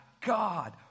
God